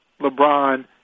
LeBron